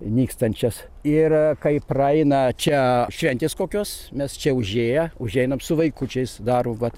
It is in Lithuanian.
nykstančias ir kai praeina čia šventės kokios mes čia užėję užeinam su vaikučiais daro vat